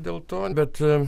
dėl to bet